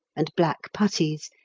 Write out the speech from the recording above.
and black puttees,